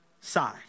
side